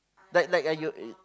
like like are you